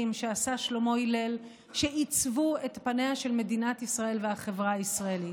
שעשה שלמה הלל שעיצבו את פניה של מדינת ישראל והחברה הישראלית.